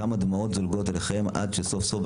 כמה דמעות זולגות על לחייהם עד שסוף סוף,